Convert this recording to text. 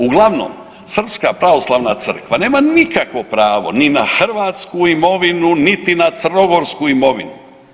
Uglavnom, Srpska pravoslavna crkva nema nikakvo pravo ni na hrvatsku imovinu niti na crnogorsku imovinu.